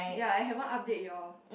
ya I haven't update you all